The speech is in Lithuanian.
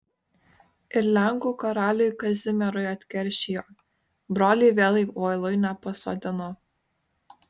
ir lenkų karaliui kazimierui atkeršijo brolį vėl į voluinę pasodino